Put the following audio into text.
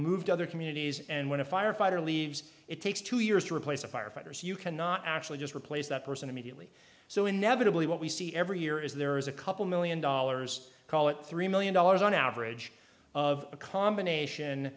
to other communities and when a firefighter leaves it takes two years to replace a firefighter so you cannot actually just replace that person immediately so inevitably what we see every year is there is a couple million dollars call it three million dollars on average of a combination